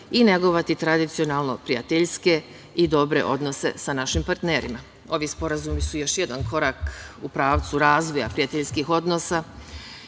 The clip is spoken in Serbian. i negovati tradicionalno prijateljske i dobre odnose sa našim partnerima. Ovi sporazumi su još jedan korak u pravcu razvoja prijateljskih odnosa